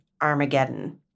Armageddon